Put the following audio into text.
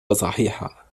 صحيحة